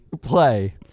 play